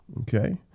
okay